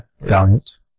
valiant